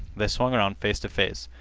they swung around face to face.